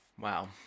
Wow